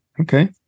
Okay